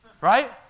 Right